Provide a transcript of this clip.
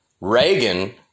Reagan